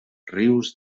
rius